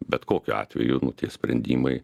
bet kokiu atveju nu tie sprendimai